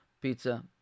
pizza